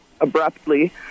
abruptly